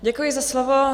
Děkuji za slovo.